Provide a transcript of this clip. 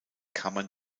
kammern